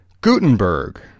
Gutenberg